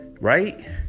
Right